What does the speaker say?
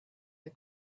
the